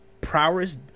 prowess